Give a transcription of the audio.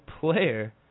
player